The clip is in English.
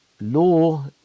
law